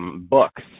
books